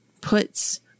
puts